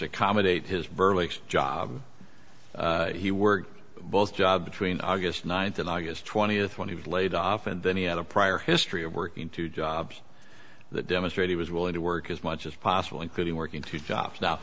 accommodate his burley's job he worked both job between august ninth in august twentieth when he was laid off and then he had a prior history of working two jobs that demonstrate he was willing to work as much as possible including working two jobs now